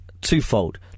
twofold